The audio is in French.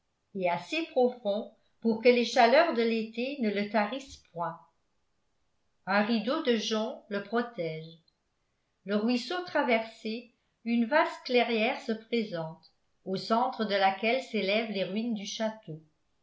et assez profond pour que les chaleurs de l'été ne le tarissent point un rideau de joncs le protège le ruisseau traversé une vaste clairière se présente au centre de laquelle s'élèvent les ruines du château